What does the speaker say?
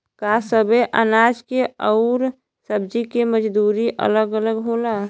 का सबे अनाज के अउर सब्ज़ी के मजदूरी अलग अलग होला?